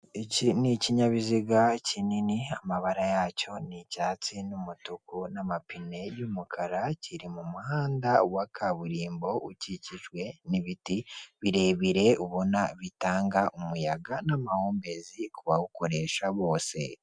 Iki ni ikinyabiziga kinini amabara yacyo nicyatsi n'umutuku n'amapine y'umukara, kiri mu muhanda wa kaburimbo ukikijwe n'ibiti birebire, ubona bitanga umuyaga n'amahumbezi ku bawukoresha bose.